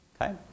Okay